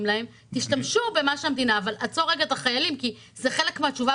אומרים שתהיה תשובה בעוד חצי שנה.